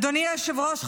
אדוני היושב-ראש,